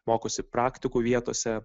mokosi praktikų vietose